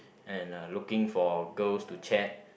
and looking for girls to chat